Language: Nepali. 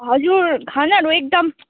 हजुर खानाहरू एकदम